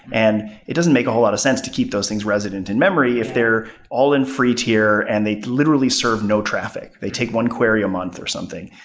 and it doesn't make a whole lot of sense to keep those things resident in-memory. if they're all in free tier and they literally serve no traffic. they take one query a month or something,